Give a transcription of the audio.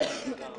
ההצעה שלך.